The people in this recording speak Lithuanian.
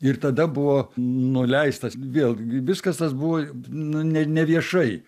ir tada buvo nuleistas vėl viskas tas buvo nu ne neviešai